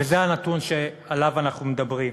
וזה הנתון שעליו אנחנו מדברים.